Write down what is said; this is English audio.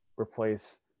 replace